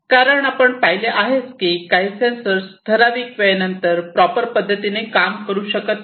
कारण आपण पाहिले आहेच की काही सेन्सर्स ठराविक वेळेनंतर प्रॉपर पद्धतीने काम करू शकत नाही